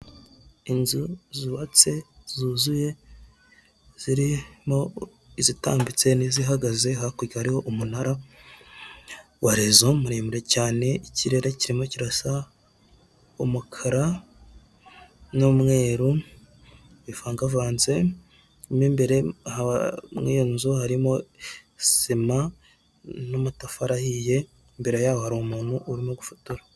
Ubu ni uburyo bwiza buri mu Rwanda kandi bumazemo igihe, buzwi nka manigaramu cyangwa wesiterini yuniyoni ubu buryo rero bumaze igihe bufasha abantu kohereza amafaranga mu mahanga cyangwa kubikuza amafaranga bohererejwe n'umuntu uri mu mahanga mu buryo bwiza kandi bwihuse, kandi bufite umutekano k'uko bimenyerewe hano mu urwanda.